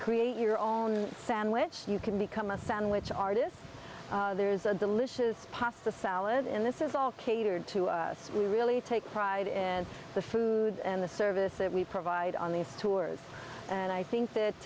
create your own sandwich you can become a sandwich artist there's a delicious pasta salad and this is all catered to we really take pride in the food and the service that we provide on these tours and i think that